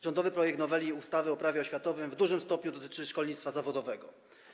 Rządowy projekt noweli ustawy Prawo oświatowe w dużym stopniu dotyczy szkolnictwa zawodowego.